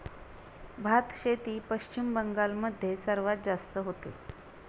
भातशेती पश्चिम बंगाल मध्ये सर्वात जास्त होते